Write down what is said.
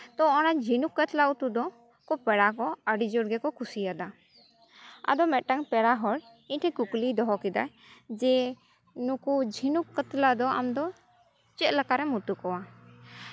ᱛᱚ ᱚᱱᱟ ᱡᱷᱤᱱᱩᱠ ᱠᱟᱛᱞᱟ ᱩᱛᱩ ᱫᱚ ᱩᱱᱠᱩ ᱯᱮᱲᱟ ᱠᱚ ᱟᱹᱰᱤ ᱡᱳᱨ ᱜᱮᱠᱚ ᱠᱩᱥᱤᱭᱟᱫᱟ ᱟᱫᱚ ᱢᱤᱫᱴᱟᱱ ᱯᱮᱲᱟ ᱦᱚᱲ ᱤᱧ ᱴᱷᱮᱱ ᱠᱩᱠᱞᱤᱭ ᱫᱚᱦᱚ ᱠᱮᱫᱟᱭ ᱡᱮ ᱱᱩᱠᱩ ᱡᱷᱤᱱᱩᱠ ᱠᱟᱛᱞᱟ ᱫᱚ ᱟᱢ ᱫᱚ ᱪᱮᱫ ᱞᱮᱠᱟᱨᱮᱢ ᱩᱛᱩ ᱠᱚᱣᱟ